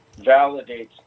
validates